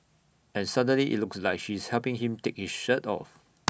and suddenly IT looks like she's helping him take his shirt off